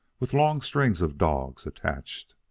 with long strings of dogs attached.